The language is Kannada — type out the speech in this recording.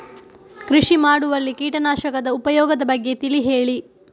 ಕೃಷಿ ಮಾಡುವಲ್ಲಿ ಕೀಟನಾಶಕದ ಉಪಯೋಗದ ಬಗ್ಗೆ ತಿಳಿ ಹೇಳಿ